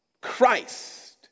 Christ